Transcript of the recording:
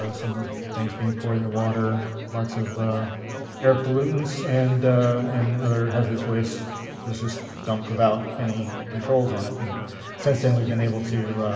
ah some things being poured in the water, lots of air pollutants, and and other hazardous waste was just dumped without any controls on it. and since then, we have been able to